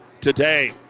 today